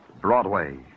Broadway